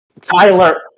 Tyler